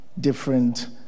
different